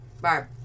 Barb